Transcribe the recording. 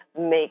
make